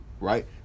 right